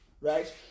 right